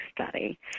study